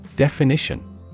Definition